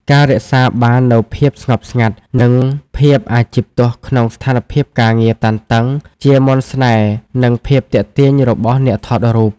ការរក្សាបាននូវភាពស្ងប់ស្ងាត់ និងភាពអាជីពទោះក្នុងស្ថានភាពការងារតានតឹង ជាមន្តស្នេហ៍ និងភាពទាក់ទាញរបស់អ្នកថតរូប។